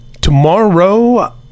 Tomorrow